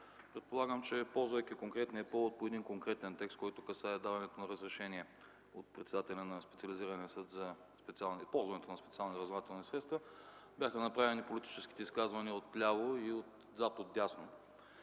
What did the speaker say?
Предполагам, че ползвайки конкретния повод по един конкретен текст, който представя даването на разрешения от председателя на специализирания съд за ползването на специални разузнавателни средства, бяха направени политическите изказвания отляво и отзад отдясно.